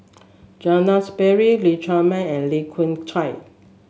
Zainal Sapari Lee Chiaw Meng and Lee Khoon Choy